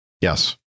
Yes